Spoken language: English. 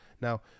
Now